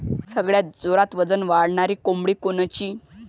सगळ्यात जोरात वजन वाढणारी कोंबडी कोनची?